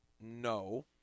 no